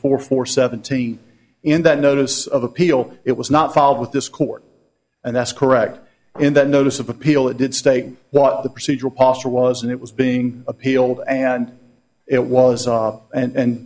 for four seventeen in that notice of appeal it was not followed with this court and that's correct in that notice of appeal it did state what the procedural posture was and it was being appealed and it was our and